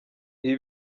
ibi